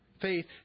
Faith